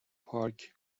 پارک